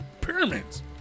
pyramids